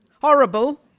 Horrible